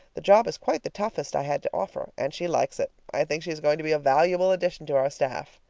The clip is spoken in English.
the job is quite the toughest i had to offer, and she likes it. i think she is going to be a valuable addition to our staff.